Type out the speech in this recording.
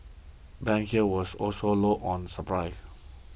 banks here was also low on supply